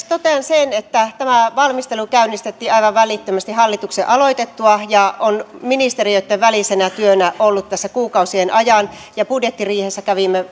totean sen että tämä valmistelu käynnistettiin aivan välittömästi hallituksen aloitettua ja on ministeriöitten välisenä työnä ollut tässä kuukausien ajan ja budjettiriihessä kävimme